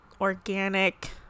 organic